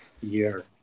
year